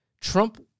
Trump